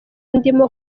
ndimo